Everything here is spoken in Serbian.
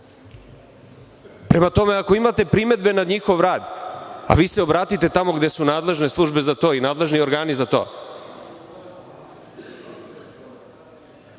ovde. Prema tome, ako imate primedbe na njihov rad, a vi se obratite tamo gde su nadležne službe za to i nadležni organi za